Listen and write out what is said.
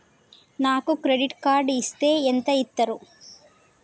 నాకు credit card ఇస్తే ఎంత ఇస్తరు?